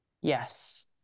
Yes